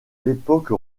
l’époque